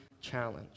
challenge